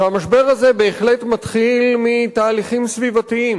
והמשבר הזה בהחלט מתחיל מתהליכים סביבתיים.